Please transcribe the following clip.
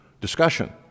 discussion